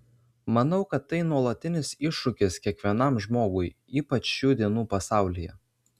manau kad tai nuolatinis iššūkis kiekvienam žmogui ypač šių dienų pasaulyje